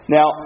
Now